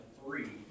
three